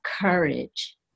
courage